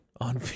on